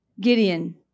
Gideon